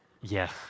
Yes